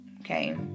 Okay